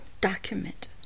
document